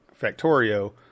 Factorio